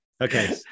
okay